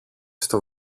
στο